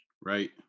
Right